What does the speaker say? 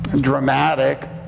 dramatic